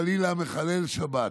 חלילה, מחלל שבת.